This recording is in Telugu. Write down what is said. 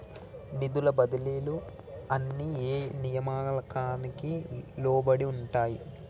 నిధుల బదిలీలు అన్ని ఏ నియామకానికి లోబడి ఉంటాయి?